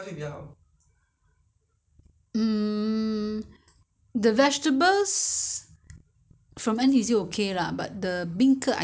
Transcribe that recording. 豆干豆干我去巴刹买比较比较好吃 ah 因为豆干巴刹的软软的新鲜比较好吃其他的菜菜可以可以去超级市场